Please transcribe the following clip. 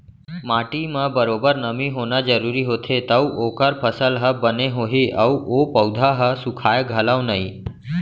माटी म बरोबर नमी होना जरूरी होथे तव ओकर फसल ह बने होही अउ ओ पउधा ह सुखाय घलौ नई